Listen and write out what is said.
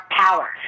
power